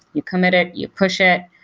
you commit it, you push it,